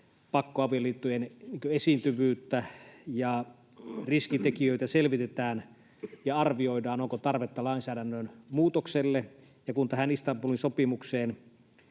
pakkoavioliittojen esiintyvyyttä ja riskitekijöitä selvitetään ja arvioidaan, onko tarvetta lainsäädännön muutokselle. Kun tämän Istanbulin sopimuksen